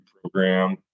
program